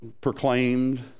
proclaimed